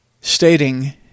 stating